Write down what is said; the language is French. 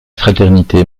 fraternité